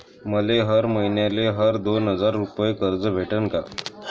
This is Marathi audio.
मले हर मईन्याले हर दोन हजार रुपये कर्ज भेटन का?